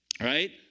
Right